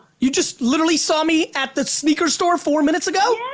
you just literally saw me at the sneaker store four minutes ago?